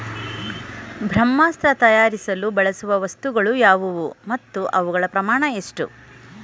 ಬ್ರಹ್ಮಾಸ್ತ್ರ ತಯಾರಿಸಲು ಬಳಸುವ ವಸ್ತುಗಳು ಯಾವುವು ಮತ್ತು ಅವುಗಳ ಪ್ರಮಾಣ ಎಷ್ಟು?